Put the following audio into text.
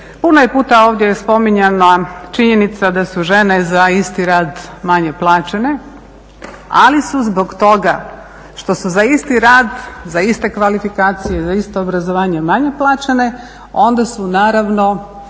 Puno je puta ovdje spominjana činjenica da su žene za isti rad manje plaćene, ali su zbog toga što su za isti rad, za iste kvalifikacije, za isto obrazovanje manje plaćene onda su naravno